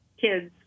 kids